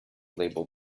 label